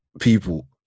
people